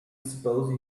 suppose